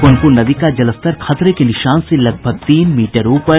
पुनपुन नदी का जलस्तर खतरे के निशान से लगभग तीन मीटर ऊपर